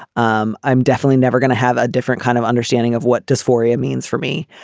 um i'm definitely never going to have a different kind of understanding of what dysphoria means for me.